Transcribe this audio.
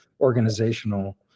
organizational